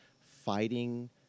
fighting